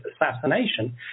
assassination